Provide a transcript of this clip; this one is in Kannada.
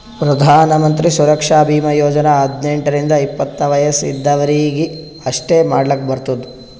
ಪ್ರಧಾನ್ ಮಂತ್ರಿ ಸುರಕ್ಷಾ ಭೀಮಾ ಯೋಜನಾ ಹದ್ನೆಂಟ್ ರಿಂದ ಎಪ್ಪತ್ತ ವಯಸ್ ಇದ್ದವರೀಗಿ ಅಷ್ಟೇ ಮಾಡ್ಲಾಕ್ ಬರ್ತುದ